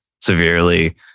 severely